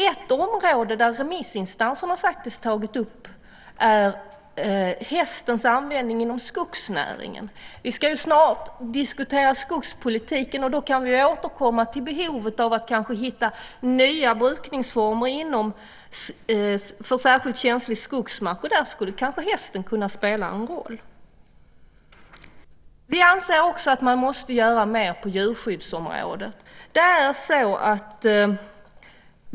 Ett område som remissinstanserna har tagit upp är användningen av hästen inom skogsnäringen. Vi ska ju snart diskutera skogspolitiken, och då kan vi återkomma till behovet av att hitta nya brukningsformer på särskilt känslig skogsmark. Där kanske hästen skulle kunna spela en roll. Vi anser också att man måste göra mer på djurskyddsområdet.